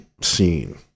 scene